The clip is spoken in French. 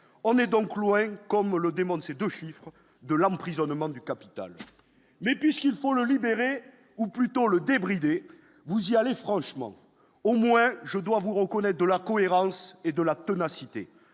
on est donc loin, comme le démon de ces 2 chiffres de l'emprisonnement du capital mais puisqu'il faut le libérer, ou plutôt le débridé, vous y allez franchement, au moins, je dois vous reconnaît, de la cohérence et de la Pena cité